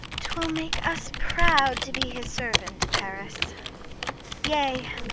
twill make us proud to be his servant, paris yea,